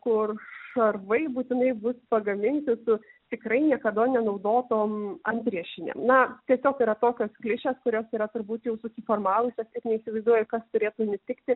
kur šarvai būtinai bus pagaminti su tikrai niekada nenaudotom antriešinėm na tiesiog yra tokios klišės kurios yra turbūt jau susiformavusios kad neįsivaizduoju kas turėtų nutikti